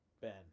Ben